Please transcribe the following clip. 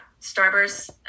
starburst